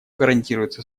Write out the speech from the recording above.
гарантируется